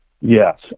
Yes